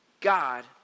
God